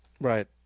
Right